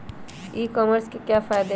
ई commerce के क्या फायदे हैं?